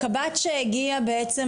הקב"ט שהגיע בעצם,